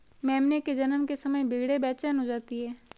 मेमने के जन्म के समय भेड़ें बेचैन हो जाती हैं